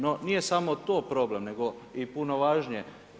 No, nije samo to problem, nego i puno važnije.